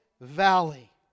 valley